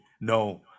No